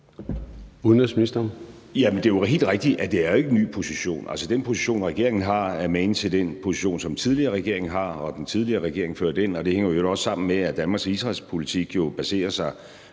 Udenrigsministeren (Lars Løkke Rasmussen): Det er jo helt rigtigt, at det ikke er en ny position. Den position, regeringen har, er mage til den position, som den tidligere regering havde, og som regeringen før den havde. Det hænger i øvrigt også sammen med, at Danmarks Israelpolitik jo baserer sig